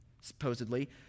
supposedly